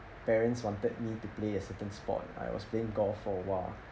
parents wanted me to play a certain sport I was playing golf for a while